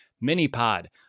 mini-pod